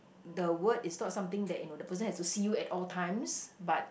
the word is not something that you know the person has to see you at all times but